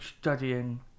studying